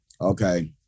okay